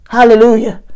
Hallelujah